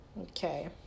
Okay